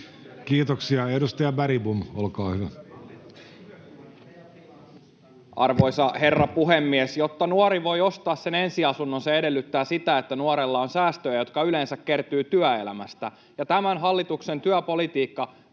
Kiitoksia. — Edustaja Bergbom, olkaa hyvä.